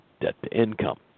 debt-to-income